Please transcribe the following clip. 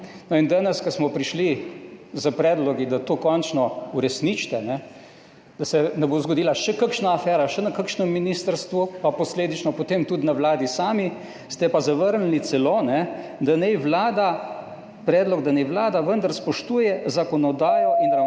in danes, ko smo prišli s predlogi, da to končno uresničite, da se ne bo zgodila še kakšna afera, še na kakšnem ministrstvu, pa posledično potem tudi na Vladi sami, ste pa zavrnili celo, da naj Vlada predlog, da naj Vlada vendar spoštuje zakonodajo / znak